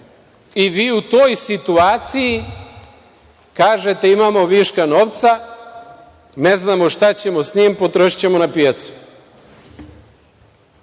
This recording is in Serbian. i vi u toj situaciji kažete - imamo viška novca, ne znamo šta ćemo sa njim, potrošićemo ga na pijacu. Sve